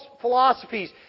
philosophies